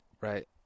Right